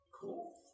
Cool